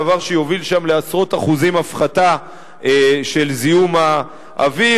דבר שיוביל שם לעשרות אחוזים של הפחתה בזיהום האוויר,